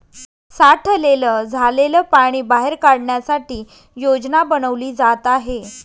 साठलेलं झालेल पाणी बाहेर काढण्यासाठी योजना बनवली जात आहे